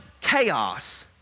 chaos